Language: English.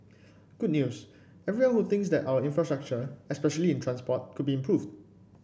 good news everyone who thinks that our infrastructure especially in transport could be improved